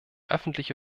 öffentliche